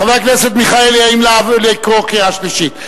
חבר הכנסת מיכאלי, האם לקרוא קריאה שלישית?